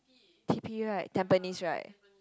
T_P right Tampines right